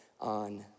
on